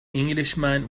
englishman